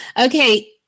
Okay